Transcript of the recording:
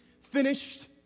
finished